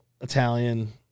Italian